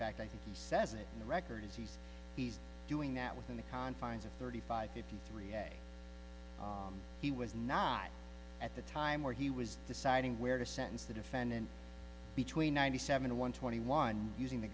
fact i think he says it on the record is he's he's doing that within the confines of thirty five fifty three he was not at the time where he was deciding where to sentence the defendant between ninety seven to one twenty one using the